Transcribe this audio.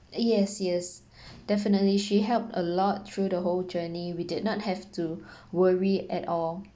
yes yes definitely she helped a lot through the whole journey we did not have to worry at all